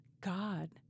God